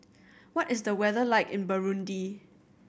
what is the weather like in Burundi